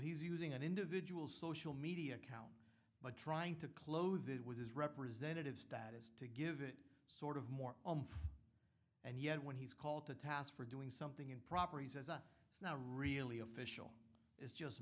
he's using an individual social media account but trying to clothe it was his representative status to give it sort of more and yet when he's called to task for doing something improper he says a it's not really official is just